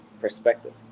perspective